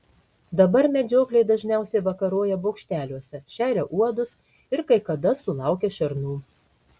dabar medžiokliai dažniausiai vakaroja bokšteliuose šeria uodus ir kai kada sulaukia šernų